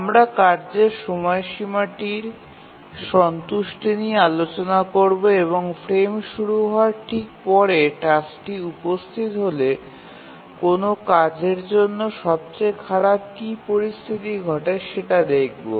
আমরা কার্যের সময়সীমাটির সন্তুষ্টি নিয়ে আলোচনা করব এবং ফ্রেম শুরু হওয়ার ঠিক পরে টাস্কটি উপস্থিত হলে কোনও কাজের জন্য সবচেয়ে খারাপ কি পরিস্থিতি ঘটে সেটা দেখবো